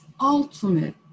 ultimate